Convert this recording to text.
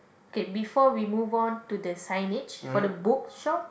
okay before we moved on to the signage for the bookshop